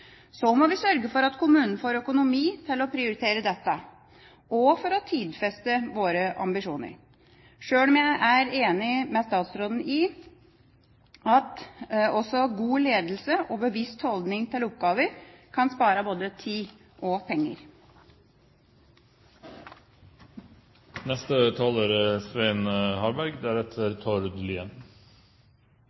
at kommunen får økonomi til å prioritere dette og til å tidfeste våre ambisjoner, sjøl om jeg er enig med statsråden i at også god ledelse og bevisst holdning til oppgaver kan spare både tid og penger. Oppmerksomhet rundt tidsbruk nær sagt hvor som helst i samfunnet og i skolen er